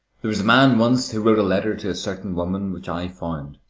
there was a man once who wrote a letter to a certain woman, which i found.